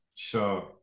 Sure